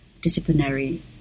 disciplinary